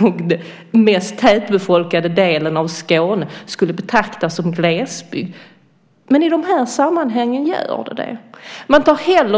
den mest tätbefolkade delen av Skåne, skulle betraktas som glesbygd. Men i de här sammanhangen är det så.